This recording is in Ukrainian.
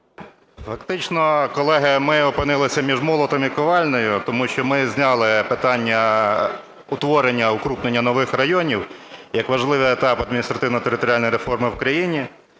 Фактично, колеги, ми опинилися між молотом і ковальнею, тому що ми зняли питання утворення, укрупнення нових районів як важливий етап адміністративно-територіальної реформи в країні,